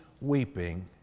weeping